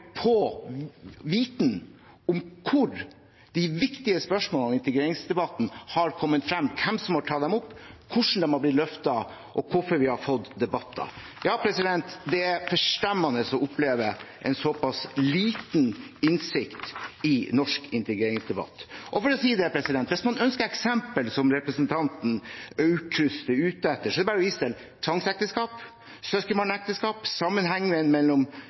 på viten om hvor de viktige spørsmålene i integreringsdebatten har kommet frem, hvem som har tatt dem opp, hvordan de har blitt løftet, og hvorfor vi har fått debatter. Ja, det er forstemmende å oppleve en såpass liten innsikt i norsk integreringsdebatt. Og for å si det: Hvis man ønsker eksempler, som representanten Aukrust er ute etter, så er det bare å vise til tvangsekteskap, søskenbarnekteskap og sammenhengen mellom